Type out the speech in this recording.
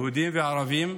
יהודים וערבים,